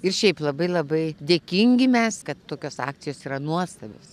ir šiaip labai labai dėkingi mes kad tokios akcijos yra nuostabios